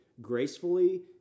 gracefully